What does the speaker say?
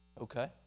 Okay